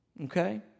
Okay